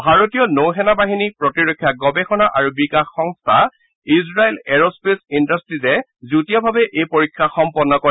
ভাৰতীয় নৌসেনা বাহিনী প্ৰতিৰক্ষা গৱেষণা আৰু বিকাশ সংস্থা আৰু ইজৰাইল এৰস্পেচ ইণ্ডাট্টীজে যুটীয়াভাৱে এই পৰীক্ষা সম্পন্ন কৰে